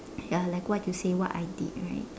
ya like what you say what I did right